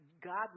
God